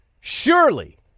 Surely